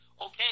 Okay